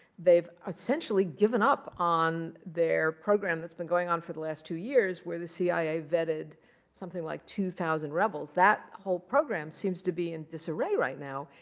they've essentially given up on their program that's been going on for the last two years, where the cia vetted something like two thousand rebels. that whole program seems to be in disarray right now,